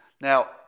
Now